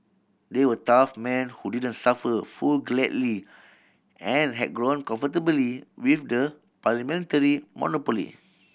they were tough men who didn't suffer fool gladly and had grown comfortably with the parliamentary monopoly